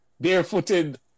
barefooted